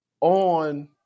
on